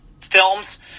films